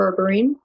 berberine